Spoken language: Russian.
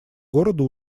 города